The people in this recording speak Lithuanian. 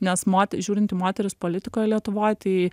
nes mote žiūrint į moteris politikoje lietuvoj tai